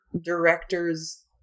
directors